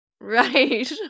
Right